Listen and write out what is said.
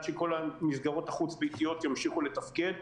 שכל המסגרות החוץ ביתיות ימשיכו לתפקד,